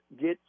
get